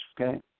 okay